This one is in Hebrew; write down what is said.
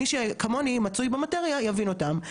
אבל הרבה אנשים בפרט מטופלים סיעודיים,